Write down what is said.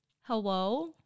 Hello